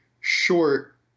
short